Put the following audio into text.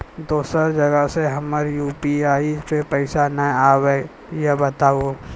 दोसर जगह से हमर यु.पी.आई पे पैसा नैय आबे या बताबू?